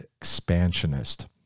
expansionist